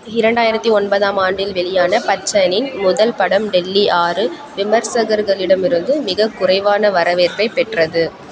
இரண்டாயிரத்து ஒன்பதாம் ஆண்டில் வெளியான பச்சனின் முதல் படம் டெல்லி ஆறு விமர்சகர்களிடமிருந்து மிகக் குறைவான வரவேற்பைப் பெற்றது